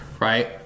right